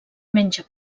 menja